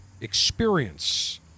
experience